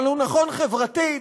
אבל הוא נכון חברתית